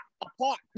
apart